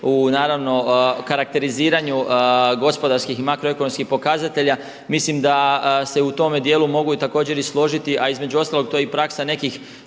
u naravno karakteriziranju gospodarskih i makroekonomskih pokazatelja. Mislim da se u tome dijelu mogu također i složiti a između ostalog to je i praksa nekih